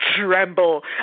tremble